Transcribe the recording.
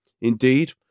indeed